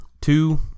two